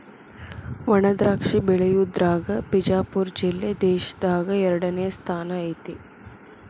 ವಣಾದ್ರಾಕ್ಷಿ ಬೆಳಿಯುದ್ರಾಗ ಬಿಜಾಪುರ ಜಿಲ್ಲೆ ದೇಶದಾಗ ಎರಡನೇ ಸ್ಥಾನ ಐತಿ